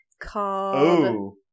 called